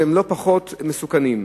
הם לא פחות מסוכנים.